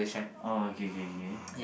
oh okay okay okay